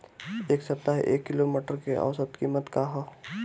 एक सप्ताह एक किलोग्राम मटर के औसत कीमत का ह?